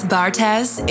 Bartez